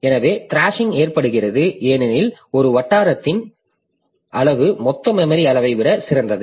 எனவே த்ராஷிங் ஏற்படுகிறது ஏனெனில் இந்த வட்டாரத்தின் அளவு மொத்த மெமரி அளவை விட சிறந்தது